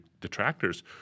detractors